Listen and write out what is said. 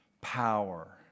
power